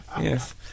Yes